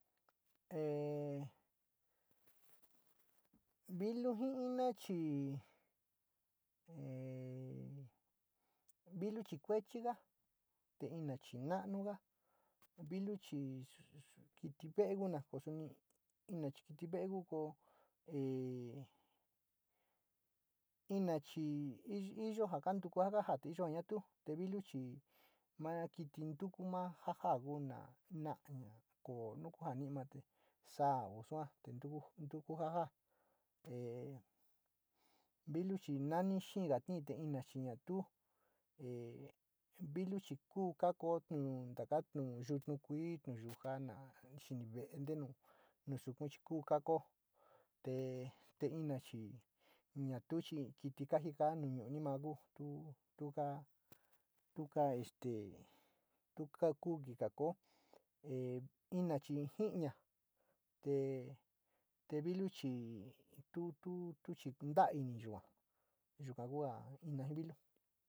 Vilu ji ina chi, e vilu chi kualichiga te ina chi na´anuga vilu chi kiti ve´e ku ma ko suna ina kiti ve´e ku, ko e, ina chi iyo ja kantuku ja ka jaati iyo ja na tu, te vilu saa o saa tukiso jaa, te vee chi noxi xiñ, ñachi naa tu, vilu chi’ ku ka kan ñto takaa no yoton kuli nuyija ñu kimi’ vee ma soku chi’ kuu no xiñi, te tu ka kika kóó inichi jiña, te vilu chi tu tu ntaini yua, yuka kuu ina ji vilu.